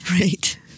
Right